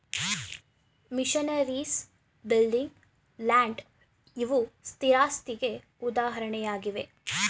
missionaries, building, land ಇವು ಸ್ಥಿರಾಸ್ತಿಗೆ ಉದಾಹರಣೆಯಾಗಿವೆ